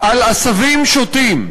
על עשבים שוטים.